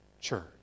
Church